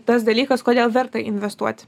tas dalykas kodėl verta investuoti